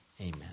Amen